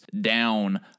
down